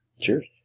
Cheers